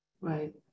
Right